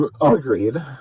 agreed